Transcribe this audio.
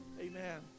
Amen